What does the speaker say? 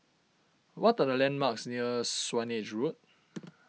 what are the landmarks near Swanage Road